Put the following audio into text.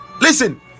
listen